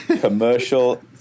commercial